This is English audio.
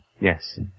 Yes